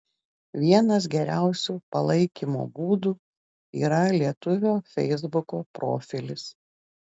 vienas geriausių palaikymo būdų yra lietuvio feisbuko profilis